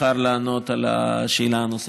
אבחר לענות על השאלה הנוספת.